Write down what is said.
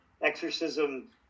exorcism